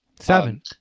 Seven